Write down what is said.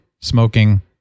smoking